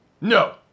No